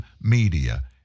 media